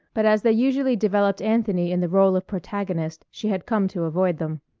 but as they usually developed anthony in the role of protagonist, she had come to avoid them.